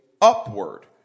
upward